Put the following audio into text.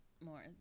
more